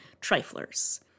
triflers